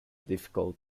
difficult